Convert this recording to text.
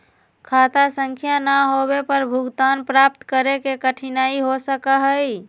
खाता संख्या ना होवे पर भुगतान प्राप्त करे में कठिनाई हो सका हई